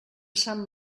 sant